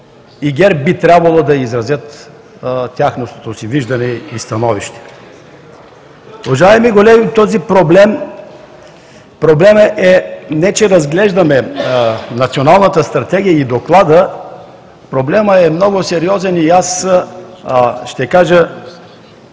ГЕРБ би трябвало да изразят тяхното виждане и становище. Уважаеми колеги, проблем е, не че разглеждаме Националната стратегия и доклада. Проблемът е много сериозен и аз ще кажа: